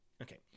Okay